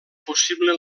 possible